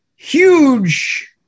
Huge